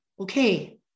okay